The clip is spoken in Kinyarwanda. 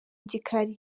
gikari